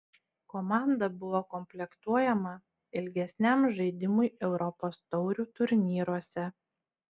komanda buvo komplektuojama ilgesniam žaidimui europos taurių turnyruose